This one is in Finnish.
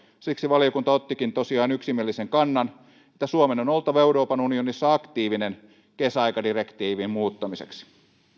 siksi valiokunta ottikin tosiaan yksimielisen kannan suomen on oltava euroopan unionissa aktiivinen kesäaikadirektiivin muuttamiseksi